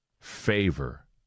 Favor